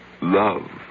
love